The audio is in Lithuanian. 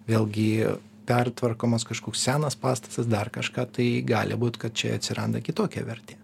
vėlgi pertvarkomas kažkoks senas pastatas dar kažką tai gali būt kad čia atsiranda kitokia vertė